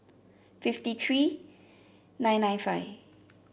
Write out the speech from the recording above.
fifty three nine nine five